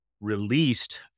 released